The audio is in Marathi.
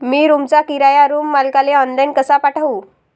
मी रूमचा किराया रूम मालकाले ऑनलाईन कसा पाठवू?